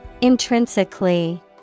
Intrinsically